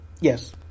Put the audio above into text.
Yes